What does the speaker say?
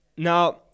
now